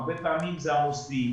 הרבה פעמים אלה הם המוסדיים.